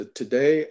today